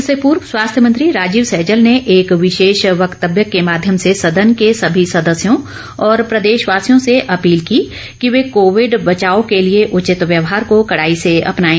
इससे पूर्व स्वास्थ्य मंत्री राजीव सैजल ने एक विशेष वक्तव्य के माध्यम से सदन के समी सदस्यों और प्रदेशवासियों से अपील की कि वे कोविड बचाव के लिए उचित व्यवहार को कडाई से अपनाएं